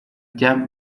jan